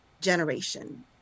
generation